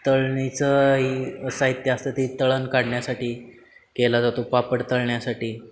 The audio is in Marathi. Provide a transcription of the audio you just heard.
तळणीचंही साहित्य असतं ते तळण काढण्यासाठी केला जातो पापड तळण्यासाठी